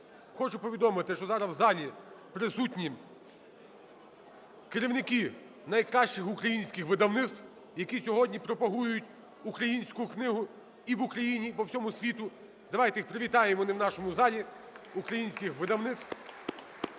хочу повідомити, що зараз у залі присутні керівники найкращих українських видавництв, які сьогодні пропагують українську книгу і в Україні, і по всьому світу. Давайте їх привітаємо, вони в нашому залі, українських видавництв.